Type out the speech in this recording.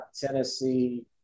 Tennessee